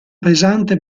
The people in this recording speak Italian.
pesante